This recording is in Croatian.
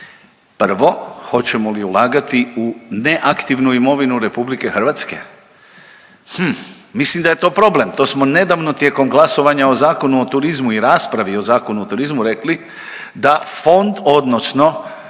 Prvo, hoćemo li ulagati u neaktivnu imovinu RH? Hm. Mislim da je to problem, to smo nedavno tijekom glasovanja o Zakonu o turizmu i raspravi o Zakonu o turizmu rekli da fond, odnosno